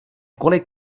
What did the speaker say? kolik